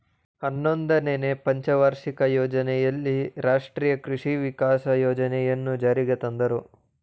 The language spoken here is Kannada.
ಹನ್ನೊಂದನೆನೇ ಪಂಚವಾರ್ಷಿಕ ಯೋಜನೆಯಲ್ಲಿ ರಾಷ್ಟ್ರೀಯ ಕೃಷಿ ವಿಕಾಸ ಯೋಜನೆಯನ್ನು ಜಾರಿಗೆ ತಂದರು